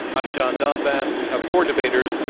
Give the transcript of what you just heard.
i'm john donvan. we have four debaters,